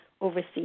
overseas